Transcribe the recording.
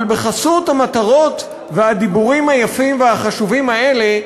אבל בחסות המטרות והדיבורים היפים והחשובים האלה,